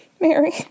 Mary